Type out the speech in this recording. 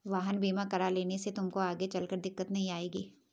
वाहन बीमा करा लेने से तुमको आगे चलकर दिक्कत नहीं आएगी